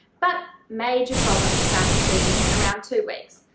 but major problems started creeping in around two weeks.